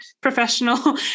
professional